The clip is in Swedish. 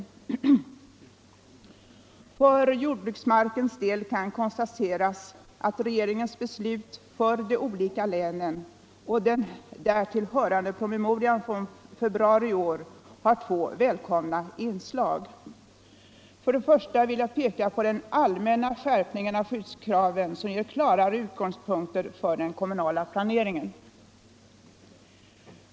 Då det gäller jordbruksmarken kan konstateras att regeringens beslut för de olika länen och den därtill hörande promemorian från februari i år har två välkomna inslag. För det första vill jag peka på den allmänna skärpningen av skyddskraven, som ger klarare utgångspunkter för den kommunala planeringen.